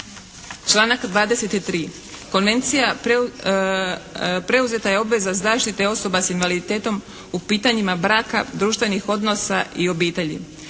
Članak 23. Konvencija, preuzeta je obveza zaštite osoba s invaliditetom u pitanjima braka, društvenih odnosa i obitelji.